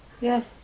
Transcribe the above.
Yes